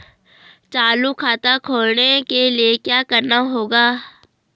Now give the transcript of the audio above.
चालू खाता खोलने के लिए क्या करना होगा?